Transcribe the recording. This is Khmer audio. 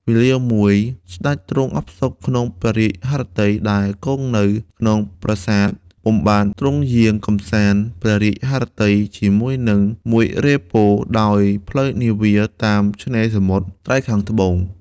វេលាមួយ សេ្តចទ្រង់អផ្សុកក្នុងព្រះរាជហឫទ័យដែលគង់នៅក្នុងប្រាសាទពុំបាន ទ្រង់យាងកម្សាន្តព្រះរាជហឫទ័យជាមួយនឹងមួយរេហ៍ពល ដោយផ្លូវនាវា តាមឆេ្នរសមុទ្រត្រើយខាងត្បូង។